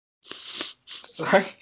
Sorry